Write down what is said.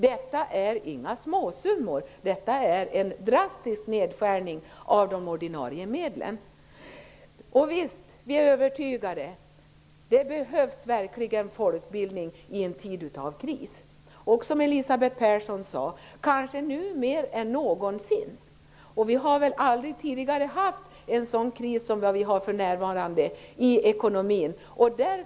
Det är inga småsummor. Det är en drastisk nedskärning av de ordinarie medlen. Vi är övertygade om att det behövs folkutbildning i en tid av kris. Den behövs, som Elisabeth Persson sade, kanske nu mer än någonsin. Vi har väl aldrig tidigare haft en kris som den vi har för närvarande i ekonomin.